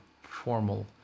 formal